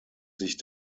sich